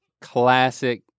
classic